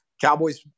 Cowboys